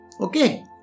Okay